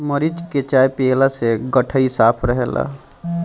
मरीच के चाय पियला से गटई साफ़ रहेला